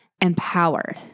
empowered